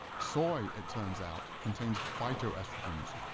soy, it turns out, contains phytoestrogens.